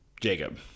Jacob